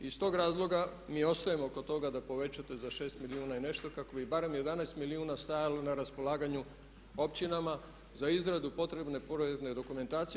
I iz tog razloga mi ostajemo oko toga da povećate za 6 milijuna i nešto kako bi barem 11 milijuna stajalo na raspolaganju općinama za izradu potrebne projektne dokumentacije.